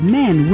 men